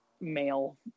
male